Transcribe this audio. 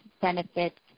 benefits